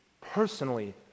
personally